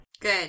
Good